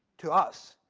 to us,